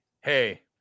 hey